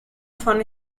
von